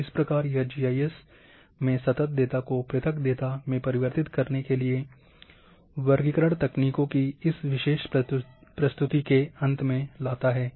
और इस प्रकार यह जी आई एस मेन सतत डेटा को पृथक डेटा में परिवर्तित करने के लिए वर्गीकरण तकनीकों के इस विशेष प्रस्तुति के अंत में लाता है